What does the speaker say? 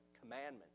commandment